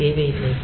அது தேவையில்லை